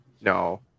No